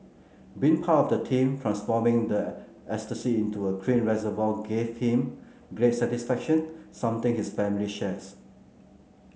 being part of the team transforming the estuary into a clean reservoir gave him great satisfaction something his family shares